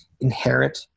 inherit